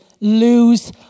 lose